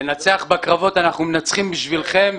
לנצח בקרבות אנחנו מנצחים בשבילכם,